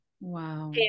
Wow